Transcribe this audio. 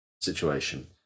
situation